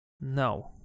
No